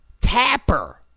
Tapper